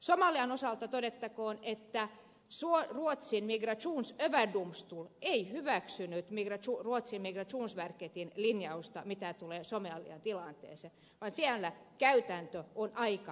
somalian osalta todettakoon että ruotsin migrationsöverdomstol ei hyväksynyt ruotsin migrationsverketin linjausta mitä tulee somalian tilanteeseen vaan siellä käytäntö on aika samanlainen